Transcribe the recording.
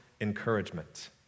encouragement